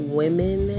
women